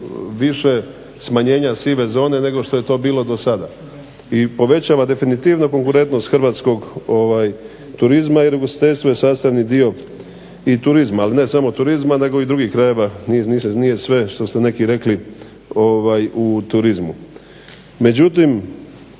više smanjenja sive zone nego što je to bilo do sada. I povećava definitivno konkurentnost hrvatskog turizma, jer ugostiteljstvo je sastavni dio i turizma. Ali ne samo turizma nego i drugih krajeva. Nije sve što ste neki rekli u turizmu. Međutim,